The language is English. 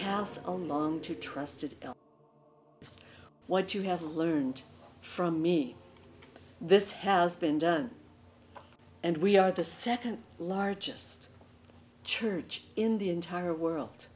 pass to trusted what you have learned from me this has been done and we are the second largest church in the entire world